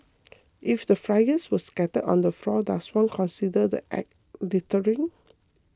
if the flyers were scattered on the floor does one consider the Act littering